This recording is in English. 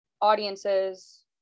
audiences